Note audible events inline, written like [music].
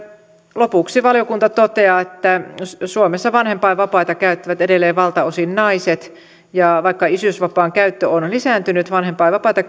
lopuksi valiokunta toteaa että suomessa vanhempainvapaita käyttävät edelleen valtaosin naiset ja vaikka isyysvapaan käyttö on lisääntynyt vanhempainvapaata [unintelligible]